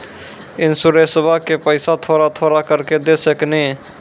इंश्योरेंसबा के पैसा थोड़ा थोड़ा करके दे सकेनी?